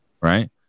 Right